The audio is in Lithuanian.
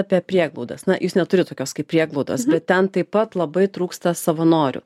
apie prieglaudas na jūs neturit tokios kaip prieglaudos bet ten taip pat labai trūksta savanorių